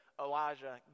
Elijah